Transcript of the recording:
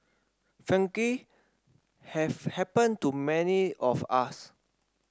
frankly have happened to many of us